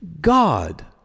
God